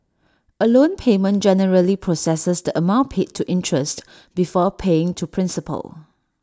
A loan payment generally processes the amount paid to interest before paying to principal